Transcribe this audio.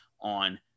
on